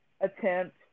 attempt